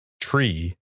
tree